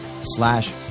slash